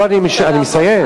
אני מסיים.